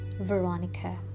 Veronica